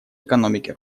экономики